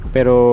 Pero